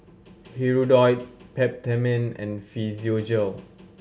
Hirudoid Peptamen and Physiogel